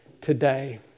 today